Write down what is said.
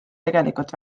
tegelikult